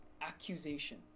accusation